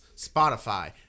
Spotify